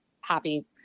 happy